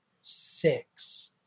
six